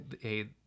hey